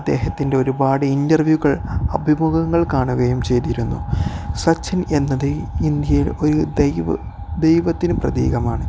അദ്ദേഹത്തിൻ്റെ ഒരുപാട് ഇൻ്റവ്യൂകൾ അഭിമുഖങ്ങൾ കാണുകയും ചെയ്തിരുന്നു സച്ചിൻ എന്നത് ഇന്ത്യയിൽ ഒരു ദൈവത്തിന് പ്രതീകമാണ്